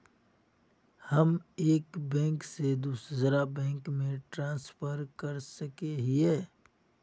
हम एक बैंक से दूसरा बैंक में ट्रांसफर कर सके हिये?